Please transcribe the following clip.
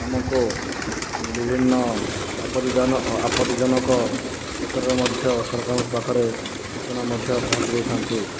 ଆମକୁ ବିଭିନ୍ନ ଆପଦଜନ ଆପଦଜନକ କ୍ଷେତ୍ରରେ ମଧ୍ୟ ସରକାରଙ୍କ ପାଖରେ ସୂଚନା ମଧ୍ୟ ପହଁଞ୍ଚିଯାଇଥାନ୍ତି